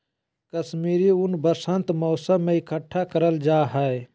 कश्मीरी ऊन वसंत मौसम में इकट्ठा करल जा हय